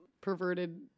perverted